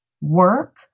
work